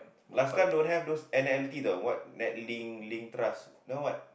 last time don't have those N L T the what Netlink LinkTrust now what